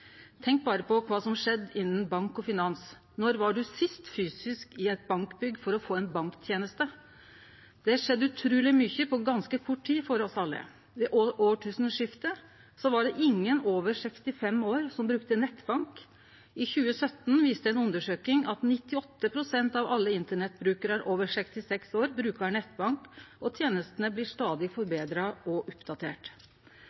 Tenk berre på kva som har skjedd innan bank og finans! Når var ein sist fysisk i eit bankbygg for å få ei bankteneste? Det har skjedd utruleg mykje på ganske kort tid for oss alle. Ved årtusenskiftet var det ingen over 65 år som brukte nettbank. I 2017 viste ei undersøking at 98 pst. av alle internettbrukarar over 66 år brukar nettbank, og tenestene blir stadig